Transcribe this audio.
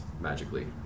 magically